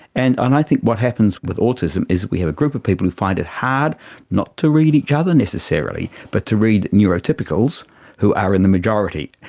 and and i think what happens with autism is that we have a group of people who find it hard not to read each other necessarily but to read neurotypicals who are in the majority.